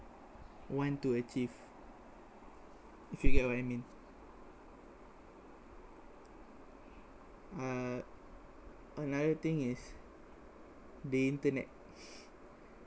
want to achieve if you get what I mean uh another thing is the internet